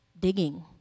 digging